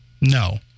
No